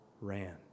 ran